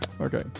okay